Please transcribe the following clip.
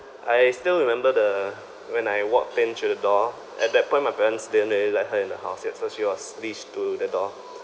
I still remember the when I walked to the door at that point my parents didn't really let her in the house yet so she was leashed to the door